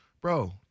bro